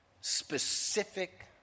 specific